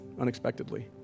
unexpectedly